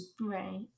Right